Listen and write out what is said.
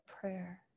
prayer